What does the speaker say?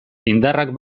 indarrak